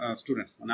students